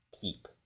keep